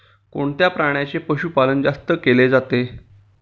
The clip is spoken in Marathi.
कोणत्या प्राण्याचे पशुपालन जास्त केले जाते?